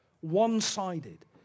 one-sided